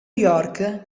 york